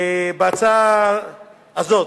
בהצעה הזאת,